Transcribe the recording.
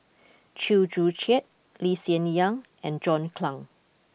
Chew Joo Chiat Lee Hsien Yang and John Clang